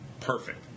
perfect